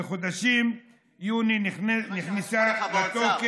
בחודש יוני נכנסה לתוקף,